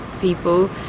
people